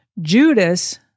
Judas